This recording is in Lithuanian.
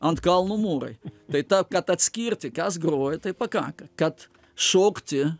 ant kalno mūrai tai ta kad atskirti kas groja tai pakanka kad šokti